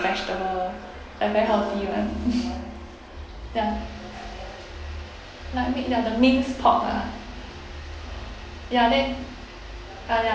vegetable I very healthy one ya like mi~ ya the minced pork ah ya then ah ya